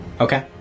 Okay